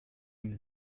comme